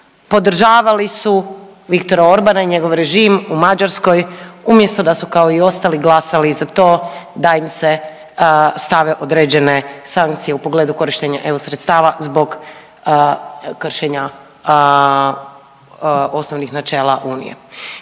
podržavali su Viktora Orbana i njegov režim u Mađarskoj umjesto da su kao i ostali glasali za to da im se stave određene sankcije u pogledu korištenja EU sredstava zbog kršenja osnovnih načela unije.